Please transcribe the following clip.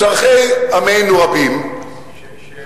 צורכי עמנו רבים, יש לי שאלה.